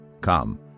Come